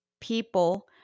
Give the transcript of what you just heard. people